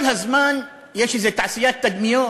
כל הזמן יש איזו תעשיית תדמיות,